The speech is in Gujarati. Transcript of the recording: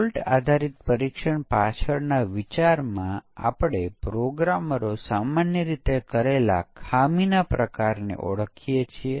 વ્હાઇટ બોક્સમાં આપણે કોડ જોઈએ છીએ અને તેના આધારે આપણે પરીક્ષણના કેસોની રચના કરીએ છીએ